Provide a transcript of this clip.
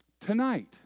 tonight